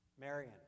Marion